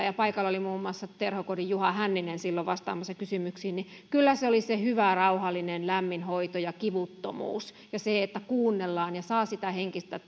ja paikalla oli muun muassa terhokodin juha hänninen silloin vastaamassa kysymyksiin kyllä se oli se hyvä rauhallinen lämmin hoito ja kivuttomuus ja se että kuunnellaan ja saa sitä henkistä